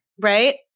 Right